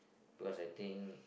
because I think